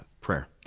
prayer